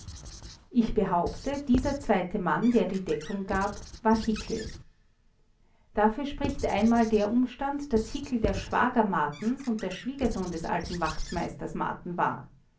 ich behaupte dieser zweite mann der die deckung gab war hickel dafür spricht einmal der umstand daß hickel der schwager martens und der schwiegersohn des alten wachtmeisters marten war